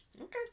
Okay